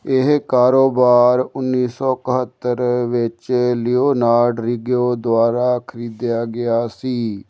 ਇਹ ਕਾਰੋਬਾਰ ਉੱਨੀ ਸੋ ਇਕਹੱਤਰ ਵਿੱਚ ਲਿਓਨਾਰਡ ਰਿਗਿਓ ਦੁਆਰਾ ਖਰੀਦਿਆ ਗਿਆ ਸੀ